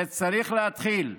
זה צריך להתחיל בחינוך,